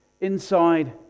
inside